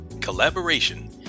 collaboration